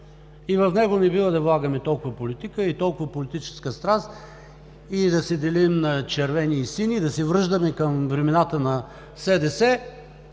В него не бива да влагаме толкова политика, толкова политическа страст и да се делим на червени и сини, да се връщаме към времената на СДС